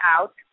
out